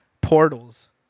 portals